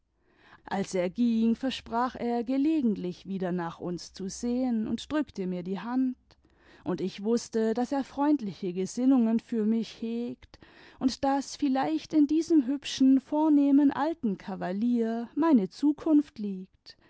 als er ging versprach er gelegentlich wieder nach uns zu sehen und drückte mir die hand und ich wußte daß er freundliche gesinnungen für mich hegt und daß vielleicht in diesem hübschen vornehmen alten kavalier meine zukunft liegt